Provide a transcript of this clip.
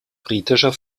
britischer